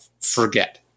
forget